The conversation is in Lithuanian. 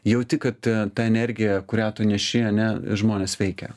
jauti kad ta energija kurią tu neši ane žmones veikia